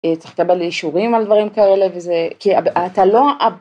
‫צריך לקבל אישורים על דברים כאלה, ‫וזה... כי אתה לא...